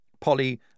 Polly